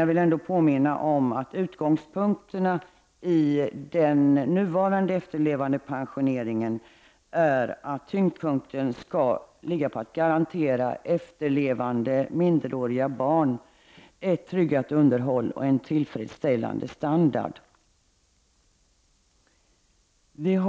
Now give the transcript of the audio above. Jag vill ändå påminna om att utgångspunkten i den nuvarande efterlevandepensioneringen är att den skall garantera efterlevande minderåriga barn ett tryggat underhåll och en tillfredsställande standard. Vidare